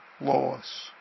loss